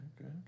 okay